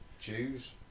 choose